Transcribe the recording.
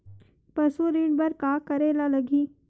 पशु ऋण बर का करे ला लगही?